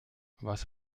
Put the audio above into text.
was